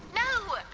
no!